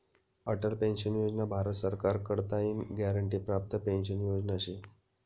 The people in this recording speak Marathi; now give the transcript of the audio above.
अटल पेंशन योजना भारत सरकार कडताईन ग्यारंटी प्राप्त पेंशन योजना शे